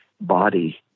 body